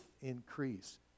increase